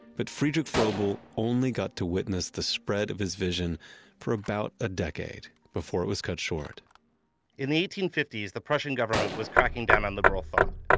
but friedrich froebel only got to witness the spread of his vision for about a decade before it was cut short in the eighteen fifty s, the prussian government was cracking down on liberal thought.